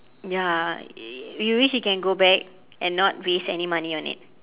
ya you wish you can go back and not waste any money on it